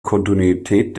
kontinuität